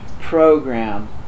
program